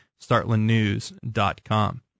startlandnews.com